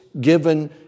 given